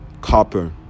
copper